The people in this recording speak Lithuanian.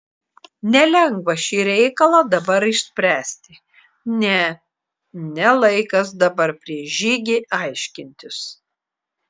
nelengva šį reikalą dabar išspręsti ne ne laikas dabar prieš žygį aiškintis